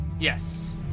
Yes